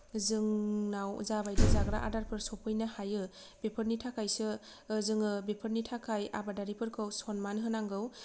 जोंनाव जाबायदि जाग्रा आदारफोर सौफैनो हायो बेफोरनि थाखायसो जोङो बेफोरनि थाखाय आबादारिफोरखौ सनमान होनांगौ